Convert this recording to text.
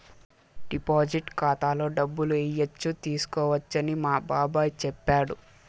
deposit ఖాతాలో డబ్బులు ఏయచ్చు తీసుకోవచ్చని మా బాబాయ్ చెప్పాడు